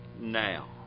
now